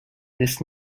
this